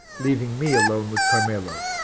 leaving me alone with carmelo.